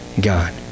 God